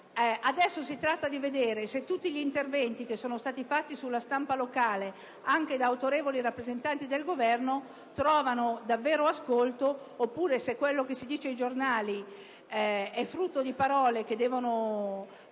Curone: si tratta di vedere ora se tutti gli interventi che sono stati fatti sulla stampa locale, anche da autorevoli rappresentanti del Governo, trovano davvero riscontro o se invece quello che si dice ai giornali è frutto di parole destinate